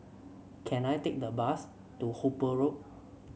can I take a bus to Hooper Road